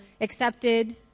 accepted